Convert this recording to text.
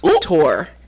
tour